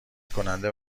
کننده